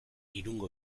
irungo